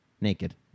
naked